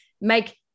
make